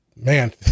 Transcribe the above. Man